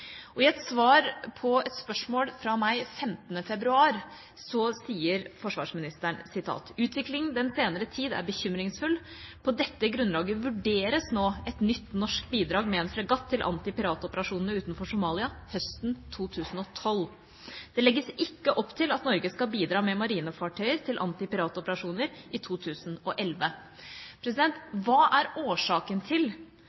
I et svar på et spørsmål fra meg 15. februar sier forsvarsministeren: «Utviklingen den senere tid er bekymringsfull. På dette grunnlaget vurderes nå et nytt norsk bidrag med en fregatt til anti-piratoperasjonene utenfor Somalia høsten 2012.» Det legges ikke opp til at Norge skal bidra med marinefartøyer til anti-piratoperasjoner i 2011. Hva er årsaken til